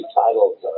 titles